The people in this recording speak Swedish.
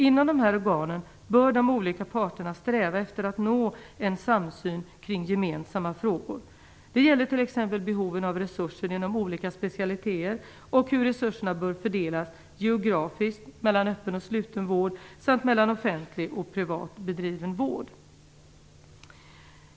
Inom dessa organ bör de olika parterna sträva efter att nå en samsyn kring gemensamma frågor. Det gäller t.ex. behoven av resurser inom olika specialiteter och hur resurserna bör fördelas geografiskt mellan öppen och sluten vård samt mellan offentligt och privat bedriven vård.